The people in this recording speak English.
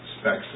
specs